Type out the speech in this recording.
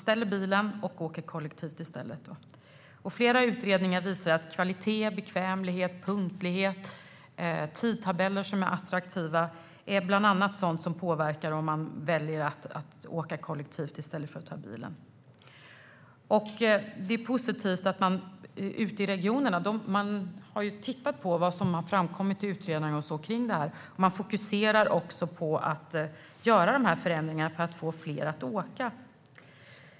Flera utredningar visar att bland annat kvalitet, bekvämlighet, punktlighet och attraktiva tidtabeller är sådant som påverkar om man väljer att åka kollektivt i stället för att ta bilen. Det är positivt att regionerna har tittat på vad som framkommit i utredningar och fokuserar på att göra de här förändringarna för att få fler att åka kollektivt.